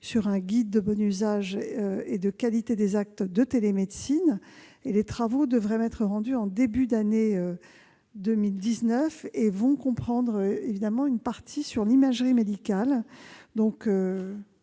d'un guide des bons usages et de la qualité des actes de télémédecine. Ses travaux devraient m'être rendus au début de l'année 2019 et comprendront une partie sur l'imagerie médicale. Les